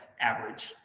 average